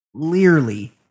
clearly